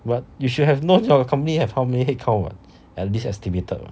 but you should have known your company have how many headcount [what] at least estimated